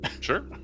Sure